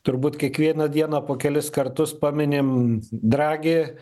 turbūt kiekvieną dieną po kelis kartus paminim dragi